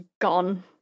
gone